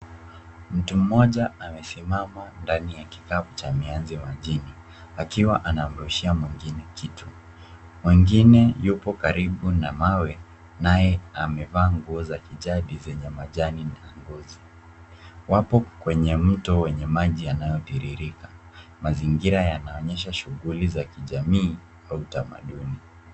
Mtu mmoja amesimama ndani ya kitabu cha mianzi majini akiwa anamrushia mwingine kitu. Mwingine yupo karibu na mawe naye amevaa nguo za kijadi zenye majani na ngozi. Wapo kwenye mto wenye maji yanayotiririka. Mazingira yanaonyesha shughuli za kijamii au utamaduni.